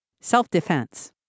Self-defense